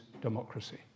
democracy